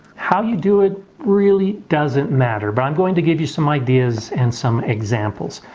how you do it really doesn't matter but i'm going to give you some ideas and some examples.